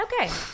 Okay